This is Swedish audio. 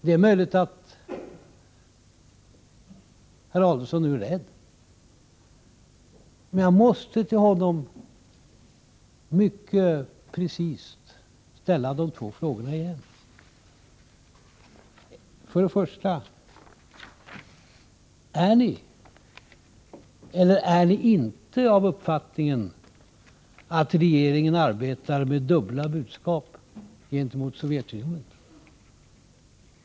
Det är möjligt att herr Adelsohn nu är rädd, men jag måste till honom mycket precist ställa de två frågorna igen. För det första: Är ni eller är ni inte av uppfattningen att regeringen arbetar med dubbla budskap gentemot Sovjetunionen?